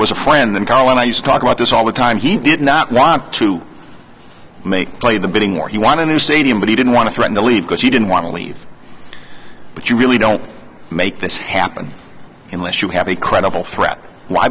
was a friend and carl and i used talk about this all the time he did not want to make play the bidding war he won a new stadium but he didn't want to threaten to leave because he didn't want to leave but you really don't make this happen unless you have a credible threat why